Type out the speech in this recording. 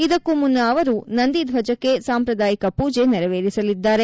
ಇದಕ್ಕೂ ಮುನ್ನ ಅವರು ನಂದಿ ಧ್ವಜಕ್ಕೆ ಸಾಂಪ್ರದಾಯಿಕ ಮೂಜೆ ನೆರವೇರಿಸಲಿದ್ದಾರೆ